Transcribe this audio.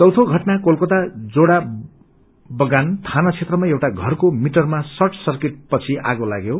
चौयौं घटना कोलकाता जोड़ा बगान थाना क्षेत्रमा एउटा घरको मिटरमा सार्ट सर्किट पछि आगो लाग्यो